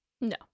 No